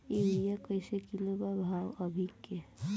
Urea कइसे kilo बा भाव अभी के?